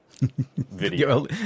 Video